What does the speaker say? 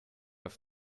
auf